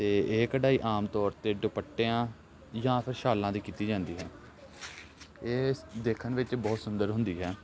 ਅਤੇ ਇਹ ਕਢਾਈ ਆਮ ਤੌਰ 'ਤੇ ਦੁਪੱਟਿਆਂ ਜਾਂ ਫਿਰ ਸ਼ਾਲਾਂ ਦੀ ਕੀਤੀ ਜਾਂਦੀ ਹੈ ਇਹ ਸ ਦੇਖਣ ਵਿੱਚ ਬਹੁਤ ਸੁੰਦਰ ਹੁੰਦੀ ਹੈ